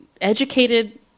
educated